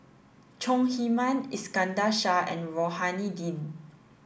Chong Heman Iskandar Shah and Rohani Din